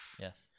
Yes